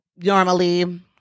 normally